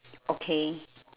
okay